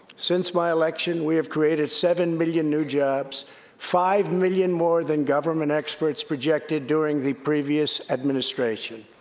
since my election, we have created seven million new jobs five million more than government experts projected during the previous administration.